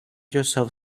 yourself